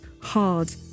hard